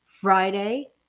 Friday